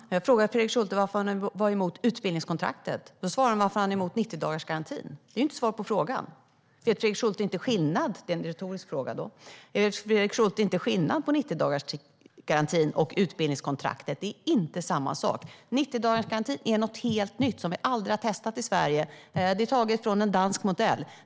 Herr talman! Jag frågade Fredrik Schulte varför han var emot utbildningskontraktet, och han berättade varför han är emot 90-dagarsgarantin. Det är ju inte svar på frågan. Vet Fredrik Schulte inte skillnad på 90-dagarsgarantin och utbildningskontraktet? Det var en retorisk fråga. Utbildningskontraktet och 90-dagarsgarantin är inte samma sak. 90dagarsgarantin är något helt nytt som vi aldrig har testat i Sverige; den är tagen från en dansk modell.